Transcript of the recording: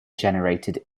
generated